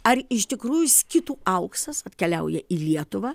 ar iš tikrųjų skitų auksas atkeliauja į lietuvą